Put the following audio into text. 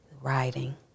Writing